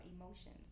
emotions